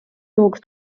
juhuks